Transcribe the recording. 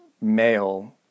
male